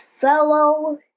fellow